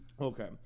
Okay